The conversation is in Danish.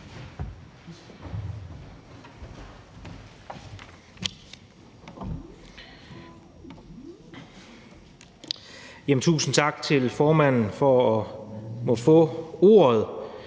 Tusind tak til formanden for ordet.